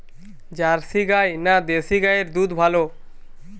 Jersey গাই না দেশী গাইয়ের দুধ ভালো?